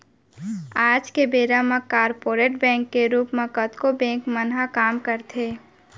आज के बेरा म कॉरपोरेट बैंक के रूप म कतको बेंक मन ह काम करथे